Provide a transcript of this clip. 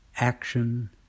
Action